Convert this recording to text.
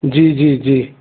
जी जी जी